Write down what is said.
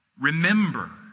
remember